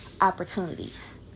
Opportunities